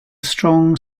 strong